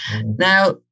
Now